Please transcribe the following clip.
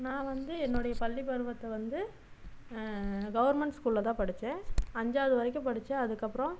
நான் வந்து என்னுடைய பள்ளி பருவத்தை வந்து கவர்மெண்ட் ஸ்கூலில் தான் படித்தேன் அஞ்சாவது வரைக்கும் படித்தேன் அதுக்கப்புறம்